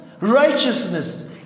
righteousness